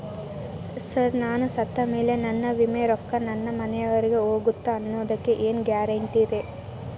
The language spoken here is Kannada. ಸರ್ ನಾನು ಸತ್ತಮೇಲೆ ನನ್ನ ವಿಮೆ ರೊಕ್ಕಾ ನನ್ನ ಮನೆಯವರಿಗಿ ಹೋಗುತ್ತಾ ಅನ್ನೊದಕ್ಕೆ ಏನ್ ಗ್ಯಾರಂಟಿ ರೇ?